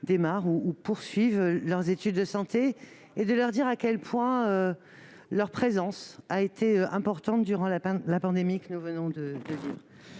entament ou poursuivent leurs études de santé. Je veux leur dire à quel point leur présence a été importante durant la pandémie que nous venons de vivre.